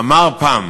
אמר פעם